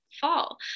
fall